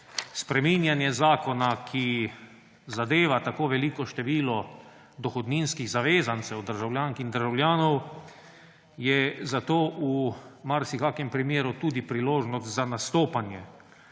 Spreminjanje zakona, ki zadeva tako veliko število dohodninskih zavezancev, državljank in državljanov, je zato v marsikakšnem primeru tudi priložnost za nastopanje.